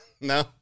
No